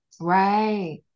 Right